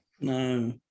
no